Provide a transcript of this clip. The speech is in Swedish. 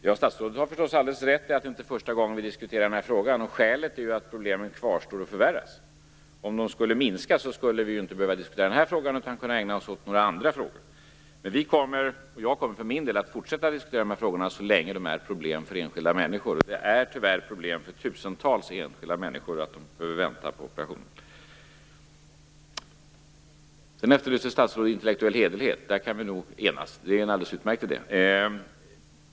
Fru talman! Statsrådet har förstås alldeles rätt i att det inte är första gången vi diskuterar denna fråga. Skälet är ju att problemen kvarstår och förvärras. Om de skulle minska skulle vi ju inte behöva diskutera denna fråga utan kunna ägna oss åt några andra frågor. Jag kommer för min del att fortsätta att diskutera dessa frågor så länge de innebär problem för enskilda människor. Det är tyvärr ett problem för tusentals enskilda människor att de behöver vänta på operation. Statsrådet efterlyser intellektuell hederlighet. Där kan vi nog enas. Det är en alldeles utmärkt idé.